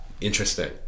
Interesting